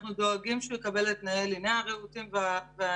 אנחנו דואגים שהוא יקבל את תנאי הלינה הראויים והנאותים